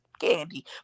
candy